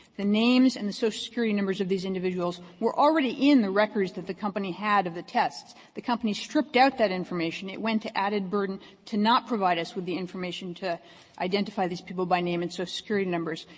the names and the social so security numbers of these individuals were already in the records that the company had of the tests. the company stripped out that information. it went to added burden to not provide us with the information to identify these people by name and social so security numbers.